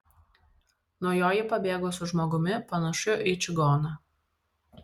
nuo jo ji pabėgo su žmogumi panašiu į čigoną